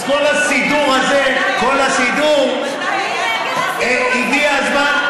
אז כל הסידור הזה, כל הסידור, מתי היה כדבר הזה?